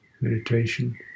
meditation